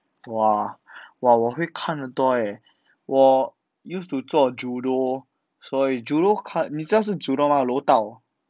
我啊哇我会看很多 leh 我 used to 做 judo 所以 judo cut 你知道是 judo 吗柔道